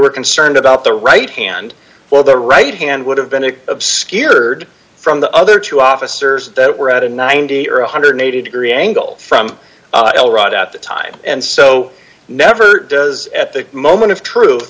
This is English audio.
were concerned about the right hand while the right hand would have been obscured from the other two officers that were at a ninety or one hundred and eighty degree angle from l right at the time and so never does at the moment of tru